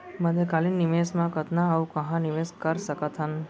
मध्यकालीन निवेश म कतना अऊ कहाँ निवेश कर सकत हन?